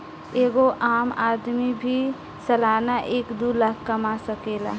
एगो आम आदमी भी सालाना एक दू लाख कमा सकेला